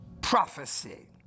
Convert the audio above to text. prophecy